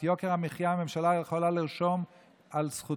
את יוקר המחיה הממשלה יכולה לזקוף לזכותה,